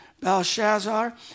Belshazzar